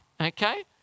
Okay